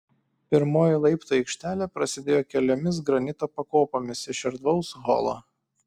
pirmoji laiptų aikštelė prasidėjo keliomis granito pakopomis iš erdvaus holo